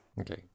Okay